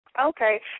Okay